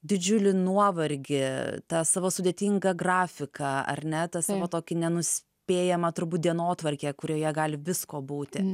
didžiulį nuovargį tą savo sudėtingą grafiką ar ne tą savo tokį nenuspėjamą turbūt dienotvarkę kurioje gali visko būti